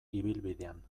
ibilbidean